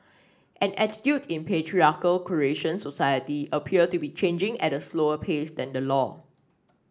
and attitudes in patriarchal Croatian society appear to be changing at a slower pace than the law